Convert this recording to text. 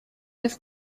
with